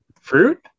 Fruit